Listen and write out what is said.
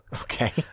Okay